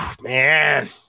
man